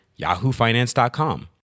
yahoofinance.com